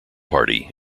party